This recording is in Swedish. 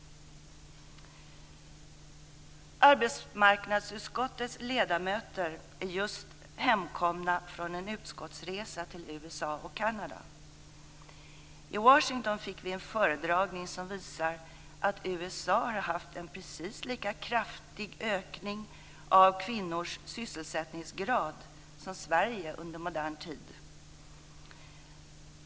Arbetsmarknadsutskottets ledamöter är just hemkomna från en utskottsresa till USA och Kanada. I Washington fick vi en föredragning som visar att USA har haft en precis lika kraftig ökning av kvinnors sysselsättningsgrad som Sverige under modern tid.